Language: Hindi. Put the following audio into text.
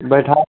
बैठा